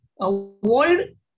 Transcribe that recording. avoid